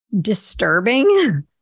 disturbing